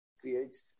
creates